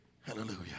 Hallelujah